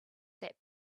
that